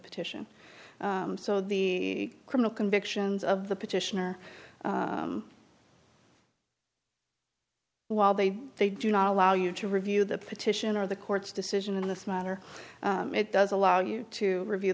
petition so the criminal convictions of the petitioner while they they do not allow you to review the petition or the court's decision in this matter it does allow you to review